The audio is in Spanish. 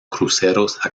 cruceros